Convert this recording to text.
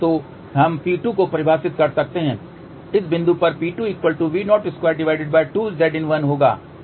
तो हम P2 को परिभाषित कर सकते हैं इस बिंदु पर P2V022Zin1 होगा